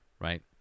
right